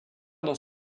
dans